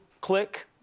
click